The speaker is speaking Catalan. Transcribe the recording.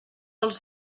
els